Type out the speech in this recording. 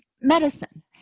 medicine